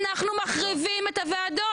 אנחנו מחריבים את הוועדות.